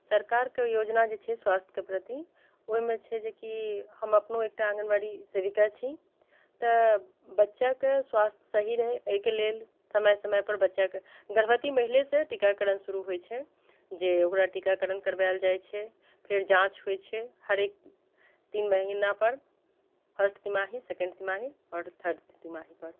सरकारके योजना जे छै स्वास्थ्यके प्रति ओहिमे छै जेकि हम अपनो एकटा आङ्गनबाड़ी सेविका छी तऽ बच्चाके स्वास्थ्य सही रहैया एहिके लेल समय समय पर बच्चाके गर्भवती महिलेसंँ टीकाकरण शुरू होइत छै जे ओकरा टीकाकरण करबै लए जाइत छै फेर जाँच होइत छै हरेक तीन महीना पर फर्स्ट तिमाही सेकण्ड तिमाही आओर थर्ड तिमाही पर